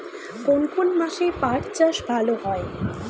কোন কোন মাসে পাট চাষ ভালো হয়?